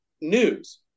news